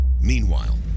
Meanwhile